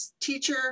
teacher